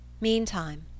Meantime